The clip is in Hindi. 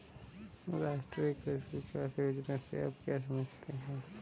राष्ट्रीय कृषि विकास योजना से आप क्या समझते हैं?